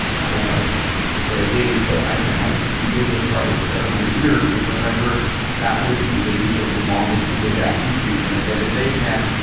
i don't want to play games, but i set my ridiculous target at seven hundred years because i heard that was the age of the longest living sea creature and i said, if they can,